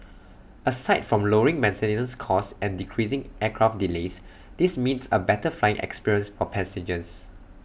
aside from lowering maintenance costs and decreasing aircraft delays this means A better flying experience or passengers